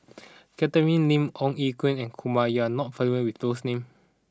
Catherine Lim Ong Ye Kung and Kumar you are not familiar with those names